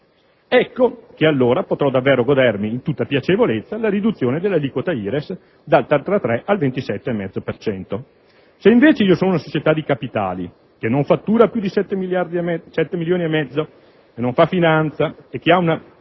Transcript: Ecco che allora potrò davvero godermi in tutta piacevolezza la riduzione dell'aliquota IRES dal 33 al 27,5 per cento. Se invece io sono una società di capitali che non fattura più di 7,5 milioni di euro, che non fa finanza e che ha